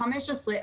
15,